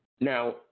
Now